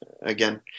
again